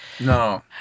No